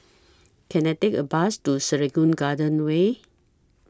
Can I Take A Bus to Serangoon Garden Way